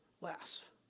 less